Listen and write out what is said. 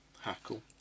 hackle